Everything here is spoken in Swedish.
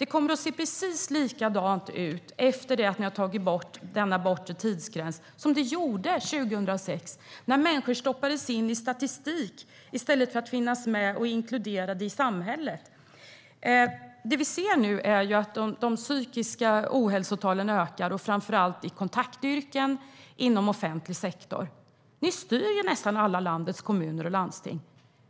Efter det att ni har tagit bort den bortre tidsgränsen kommer det att se precis likadant ut som det gjorde 2006 när människor stoppades in i statistik i stället för att vara inkluderade i samhället. Det vi ser är att de psykiska ohälsotalen ökar, framför allt i kontaktyrken inom offentlig sektor. Ni styr i nästan alla landets kommuner och landsting.